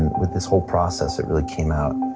with this whole process, it really came out